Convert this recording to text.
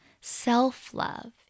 Self-love